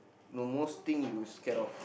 the most thing you scared of